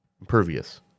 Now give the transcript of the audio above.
impervious